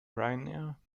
ryanair